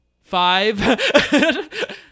five